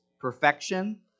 perfection